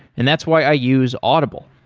and that's why i use audible.